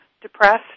depressed